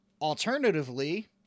alternatively